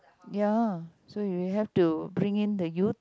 ya lah so you have to bring in the youth